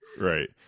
Right